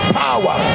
power